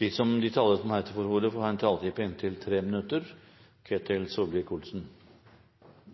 De talere som heretter får ordet, har en taletid på inntil 3 minutter.